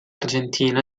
argentina